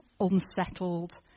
unsettled